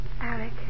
Alec